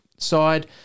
side